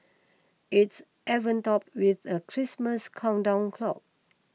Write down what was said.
it's topped with a Christmas countdown clock